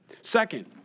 Second